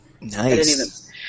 Nice